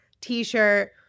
t-shirt